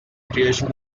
creation